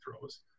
throws